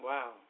Wow